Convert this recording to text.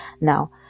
now